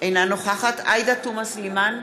אינה נוכחת עאידה תומא סלימאן,